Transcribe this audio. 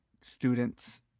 students